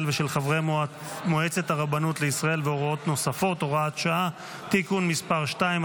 ושל חברי מועצת הרבנות לישראל והוראות נוספות) (הוראת שעה) (תיקון מס' 2),